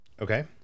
Okay